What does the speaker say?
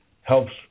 helps